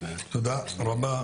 תודה רבה.